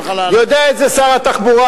יודע את זה שר התחבורה,